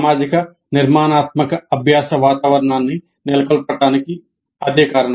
సామాజిక నిర్మాణాత్మక అభ్యాస వాతావరణాన్ని నెలకొల్పడానికి అదే కారణం